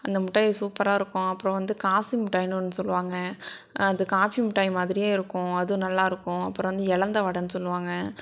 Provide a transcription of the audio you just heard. அந்த முட்டாய் சூப்பராக இருக்கும் அப்புறம் வந்து காசு மிட்டாய்னு ஒன்று சொல்லுவாங்க அது காஃபி மிட்டாய் மாதிரியே இருக்கும் அதுவும் நல்லாயிருக்கும் அப்புறம் வந்து எலந்தவடைனு சொல்லுவாங்க